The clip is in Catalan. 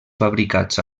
fabricats